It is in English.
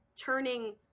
turning